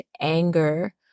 anger